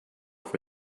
for